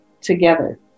together